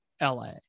LA